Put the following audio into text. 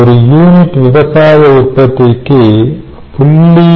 ஒரு யூனிட் விவசாய உற்பத்திக்கு 0